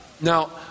Now